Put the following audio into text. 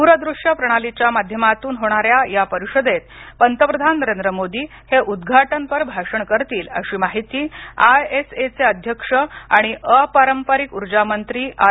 दूर दृश्य प्रणालीच्या माध्यामतून होणाऱ्या या परीषदेत पंतप्रधान नरेंद्र मोदी हे उद्घाटनपर भाषण करतील अशी माहिती आयएसएचे अध्यक्ष आणि अपारंपरिक ऊर्जा मंत्री आर